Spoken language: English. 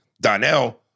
Donnell